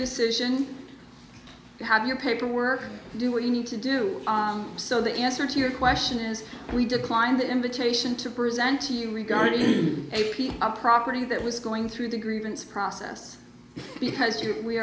decision you have your paperwork do what you need to do so the answer to your question is we declined the invitation to present to you regarding a piece of property that was going through the grievance process because